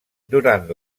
durant